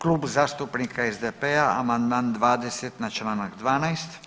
Klub zastupnika SDP-a amandman 20 na čl. 12.